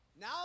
Now